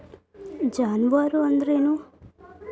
ಜಾನುವಾರು ಅಂದ್ರೇನು?